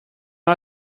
not